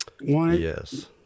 Yes